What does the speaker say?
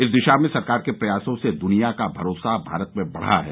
इस दिशा में सरकार के प्रयासों से दुनिया का भरोसा भारत में बढा है